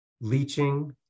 leaching